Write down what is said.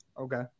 Okay